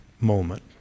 moment